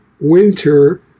winter